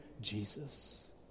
Jesus